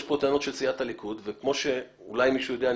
יש פה טענות של סיעת הליכוד וכמו שאולי מישהו יודע,